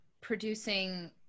producing